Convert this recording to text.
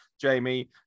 Jamie